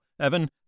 Evan